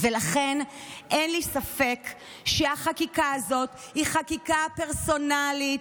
לכן אין לי ספק שהחקיקה הזאת היא חקיקה פרסונלית,